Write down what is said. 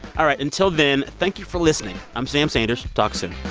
all right. until then, thank you for listening. i'm sam sanders talk soon